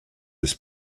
des